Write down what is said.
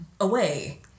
away